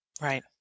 right